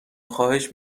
خواهش